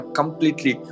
completely